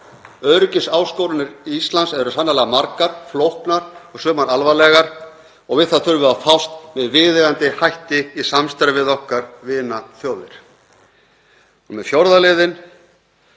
Öryggisáskoranir Íslands eru sannarlega margar, flóknar og sumar alvarlegar og við það þurfum við að fást með viðeigandi hætti í samstarfi við vinaþjóðir